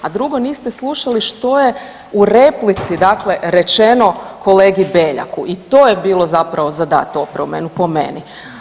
A drugo, niste slušali što je u replici dakle rečeno kolegi Beljaku i to je bilo zapravo za dat opomenu po meni.